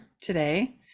today